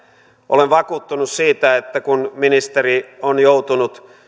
olen vakuuttunut siitä että kun ministeri on joutunut